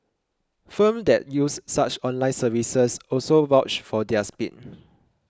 firms that use such online services also vouch for their speed